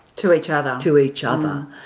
to each other. to each other.